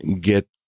get